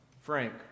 Frank